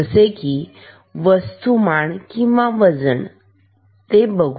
जसे की वस्तूमान किंवा वजन ते बघू